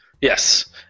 Yes